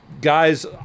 guys